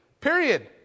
Period